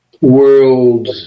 world